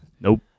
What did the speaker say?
Nope